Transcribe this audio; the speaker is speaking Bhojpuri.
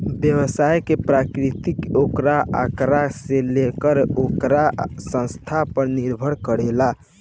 व्यवसाय के प्रकृति ओकरा आकार से लेके ओकर स्थान पर निर्भर करेला